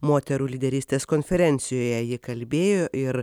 moterų lyderystės konferencijoje ji kalbėjo ir